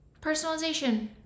personalization